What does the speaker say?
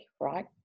right